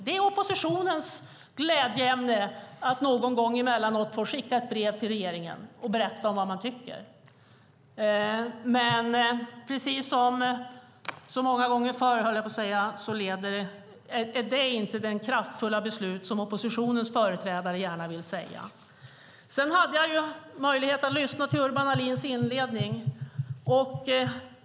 Det är oppositionens glädjeämne att någon gång emellanåt få skicka ett brev till regeringen och berätta vad man tycker, men precis som så många gånger förr är det inte det kraftfulla beslut som oppositionens företrädare gärna vill säga. Sedan hade jag möjlighet att lyssna till Urban Ahlins inledning.